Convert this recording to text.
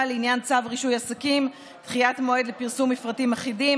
לעניין צו רישוי עסקים (דחיית מועד לפרסום מפרטים אחידים),